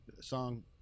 song